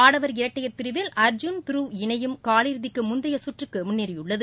ஆடவர் இரட்டையர் பிரிவில் அர்ஜூன் துருவ் இணையும் காலிறதிக்கு முந்தைய கற்றுக்கு முன்னேறியுள்ளது